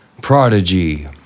Prodigy